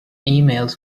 emails